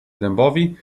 dębowi